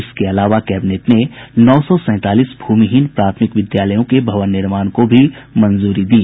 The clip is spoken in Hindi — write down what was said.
इसके अलावा कैबिनेट ने नौ सौ सैंतालीस भूमिहीन प्राथमिक विद्यालयों के भवन निर्माण को भी मंजूरी दी